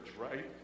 right